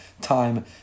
time